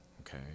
Okay